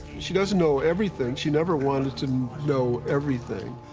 she doesn't know everything. she never wanted to and know everything.